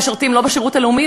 גם לא משרתים לא בשירות הלאומי,